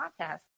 podcast